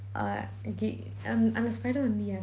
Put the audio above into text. uh okay அந்த அந்த:antha antha spider வந்து:vanthu